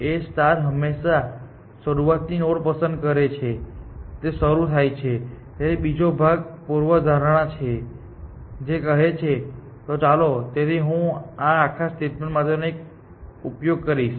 A હંમેશાં શરૂઆતની node પસંદ કરી ને શરુ થાય છે તેથી બીજો ભાગ પૂર્વધારણા છે જે કહે છે કે ચાલો તેથી હું આ આખા સ્ટેટમેન્ટ માટે આનો ઉપયોગ કરીશ